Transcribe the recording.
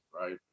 right